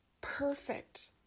perfect